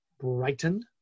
Brighton